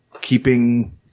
keeping